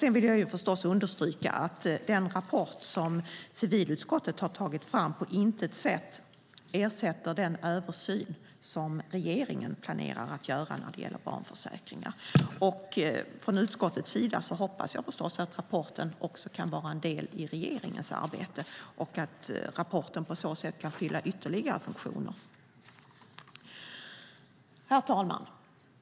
Jag vill också understryka att den rapport som civilutskottet har tagit fram på intet sätt ersätter den översyn av barnförsäkringar som regeringen planerar att göra. Jag hoppas att rapporten också kan vara en del i regeringens arbete och att rapporten på så sätt kan fylla ytterligare funktioner. Herr talman!